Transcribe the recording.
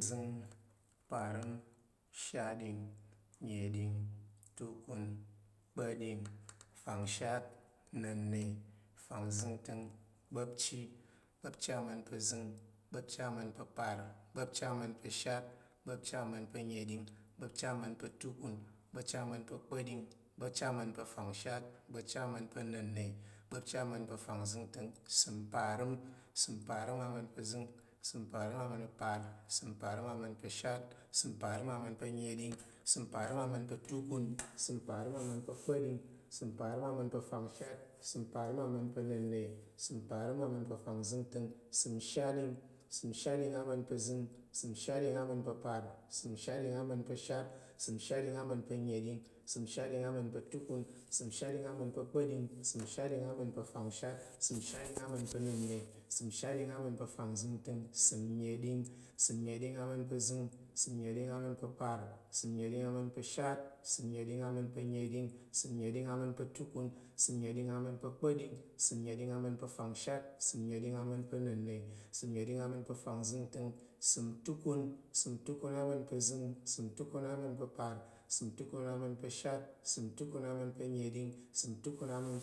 Uzəng, mparəm, shatɗing, nna̱ɗing, tukun. kpa̱ɗing. fangshat. nnəna̱n fangzəngtəng, ugba̱pchi. ugba̱pchi azəng. gba̱pchi aparəmm gba̱pchi ashatɗing, gba̱pchi anna̱ɗing gba̱pchi atukun. gba̱pchi akpa̱ɗing, gba̱pchi afangshat, gba̱pchi annəna̱n, gba̱pchi afangzəng, ìsəm parəm, ìsəm parəm ama̱n pa̱ azəng, ìsəm parəm ama̱n pa̱ aparəm, ìsəm parəm ama̱n pa̱ ashatɗing, ìsəm parəm ama̱n pa̱ ana̱ɗing, ìsəm parəm ama̱n pa̱ atukun, ìsəm parəm ama̱n pa̱ akpa̱ɗing, ìsəm parəm ama̱n pa̱ afangshat, ìsəm parəm ama̱n pa̱ nnənna̱, ìsəm parəm ama̱n pa̱ afangzəngtəng, ìsəm ishatɗing, ìsəm shatɗing ama̱n pa̱ azəng, ìsəm shatɗing ama̱n pa̱ parəm, ìsəm shatɗing ama̱n pa̱ ana̱ɗing, ìsəm shatɗing ama̱n pa̱ atukun, ìsəm shatɗing ama̱n pa̱ kpa̱ɗing, ìsəm ama̱n pa̱ shatɗing afangshat, ìsəm shatɗing ama̱n pa̱ anənna̱, ìsəm shatɗing ama̱n pa̱ afangzənta̱ng, ìnnəɗing, ìsəm ìnnəɗing ama̱n pa̱ azəng, ìsəm ama̱n pa̱ aparəm, ìsəm nəɗing ama̱n pa̱ ashatɗing, ìsəm nəɗing ama̱n pa̱ anəɗing, ìsəm nəɗing ama̱n pa̱ atukun, ìsəm nəɗing ama̱n pa̱ akpa̱ɗing, ìsəm nəɗing ama̱n pa̱ afangshat, ìsəm nəɗing ama̱n pa̱ anənna̱, ìsəm nəɗing ama̱n pa̱ afangzəngtəng, ìsəm tukun, ìsəm tukun ama̱n pa̱ azəng, ìsəm ama̱n pa̱ aparəm, ìsəm tukun ama̱n pa̱ ashatɗing, ìsəm tukun ama̱n pa̱ atukun, ìsəm tukun ama̱n